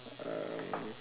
um